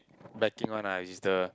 backing one lah which is the